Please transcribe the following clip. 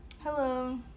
hello